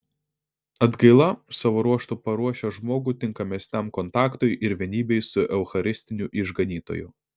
atgaila savo ruožtu paruošia žmogų tinkamesniam kontaktui ir vienybei su eucharistiniu išganytoju